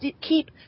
keep